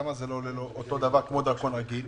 למה זה לא עולה לו אותו מחיר כמו דרכון רגיל,